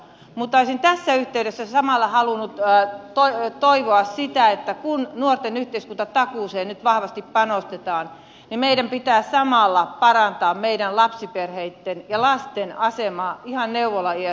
mutta olisin tässä yhteydessä samalla halunnut toivoa sitä että kun nuorten yhteiskuntatakuuseen nyt vahvasti panostetaan niin meidän pitää samalla parantaa meidän lapsiperheittemme ja lastemme asemaa ihan neuvolaiästä alkaen